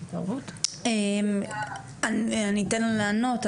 אני אתן לה לענות,